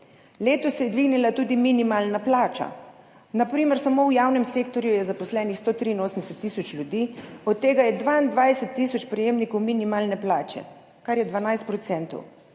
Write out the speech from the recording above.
Letos se je dvignila tudi minimalna plača, na primer samo v javnem sektorju je zaposlenih 183 tisoč ljudi, od tega je 22 tisoč prejemnikov minimalne plače, kar je 12 %.